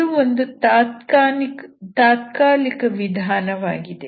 ಇದು ಒಂದು ತಾತ್ಕಾಲಿಕ ವಿಧಾನವಾಗಿದೆ